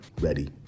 ready